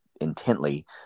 intently